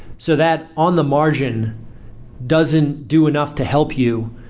so that on the margin doesn't do enough to help you,